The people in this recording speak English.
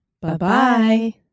Bye-bye